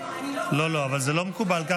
פרסמת שביטלת אותן הטבות,